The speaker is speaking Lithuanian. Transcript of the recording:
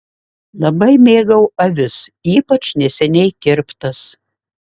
labai mėgau avis ypač neseniai kirptas